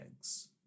eggs